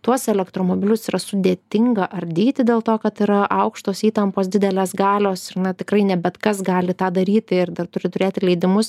tuos elektromobilius yra sudėtinga ardyti dėl to kad yra aukštos įtampos didelės galios ir na tikrai ne bet kas gali tą daryti ir dar turi turėti leidimus